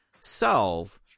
solve